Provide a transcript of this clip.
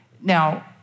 Now